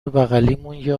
بغلیمون، یه